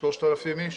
ל-3,000 איש